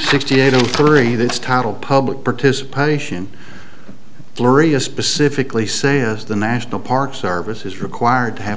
sixty three this title public participation gloria specifically say is the national park service is required to have